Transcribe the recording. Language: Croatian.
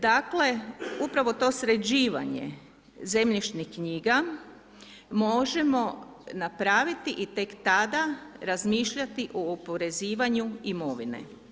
Dakle, upravo to sređivanje zemljišnih knjiga možemo napraviti i tek tada razmišljati o oporezivanju imovine.